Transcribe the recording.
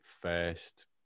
first